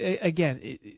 again